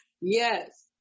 Yes